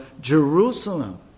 Jerusalem